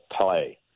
play